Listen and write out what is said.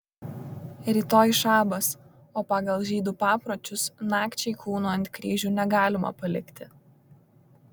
rytoj šabas o pagal žydų papročius nakčiai kūnų ant kryžių negalima palikti